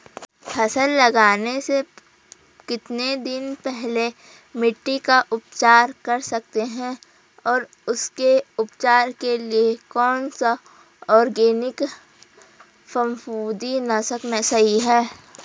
फसल लगाने से कितने दिन पहले मिट्टी का उपचार कर सकते हैं और उसके उपचार के लिए कौन सा ऑर्गैनिक फफूंदी नाशक सही है?